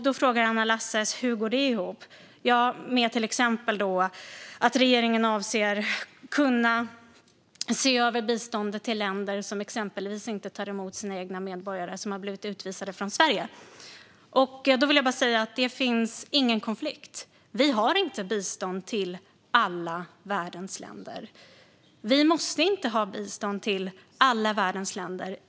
Då frågar Anna Lasses hur det går ihop. Jo, till exempel genom att regeringen avser att kunna se över biståndet till länder som exempelvis inte tar emot sina egna medborgare som har blivit utvisade från Sverige. Och då vill jag bara säga att det inte finns någon konflikt. Vi har inte bistånd till alla världens länder. Vi måste inte ha bistånd till alla världens länder.